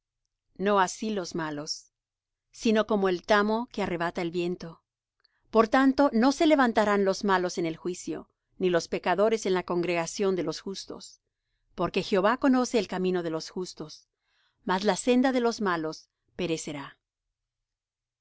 no así los malos sino como el tamo que arrebata el viento por tanto no se levantarán los malos en el juicio ni los pecadores en la congregación de los justos porque jehová conoce el camino de los justos mas la senda de los malos perecerá por